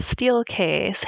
Steelcase